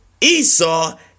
Esau